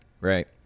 right